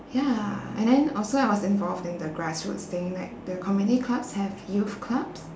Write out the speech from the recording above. ya and then also I was involved in the grassroots thing like the community clubs have youth clubs